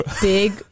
Big